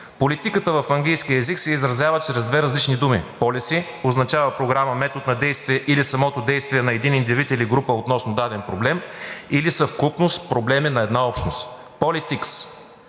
Политиката в английския език се изразява чрез две различни думи. Рolicy – означава програма, метод на действие или самото действие на един индивид или група относно даден проблем, или съвкупност от проблеми на една общност. Politics